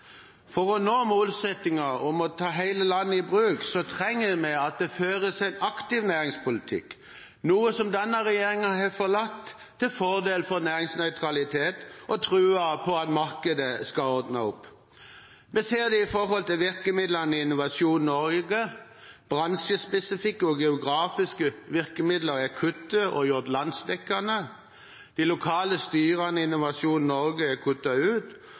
For å nå målsettingen om å ta hele landet i bruk trenger vi at det føres en aktiv næringspolitikk, noe som denne regjeringen har forlatt til fordel for næringsnøytralitet og troen på at markedet skal ordne opp. Vi ser det når det gjelder virkemidlene i Innovasjon Norge: Bransjespesifikke og geografiske virkemidler er kuttet og gjort landsdekkende, de lokale styrene i Innovasjon Norge er kuttet ut,